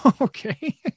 Okay